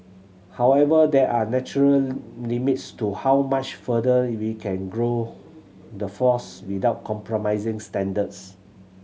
however there are natural limits to how much further we can grow the force without compromising standards